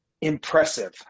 impressive